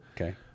Okay